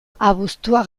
abuztua